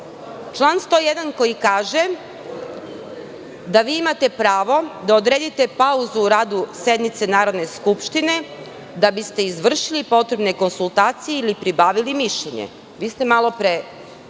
Član 101. koji kaže da vi imate pravo da odredite pauzu u radu sednice Narodne skupštine da biste izvršili potrebne konsultacije ili pribavili mišljenje. Vi ste malo pre